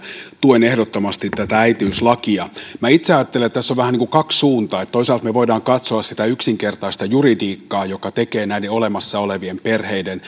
tuen ehdottomasti tätä äitiyslakia minä itse ajattelen että tässä on vähän niin kuin kaksi suuntaa toisaalta me voimme katsoa sitä yksinkertaista juridiikkaa joka tekee näiden olemassa olevien perheiden